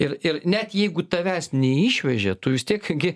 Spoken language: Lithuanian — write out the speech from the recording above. ir ir net jeigu tavęs neišvežė tu vis tiek gi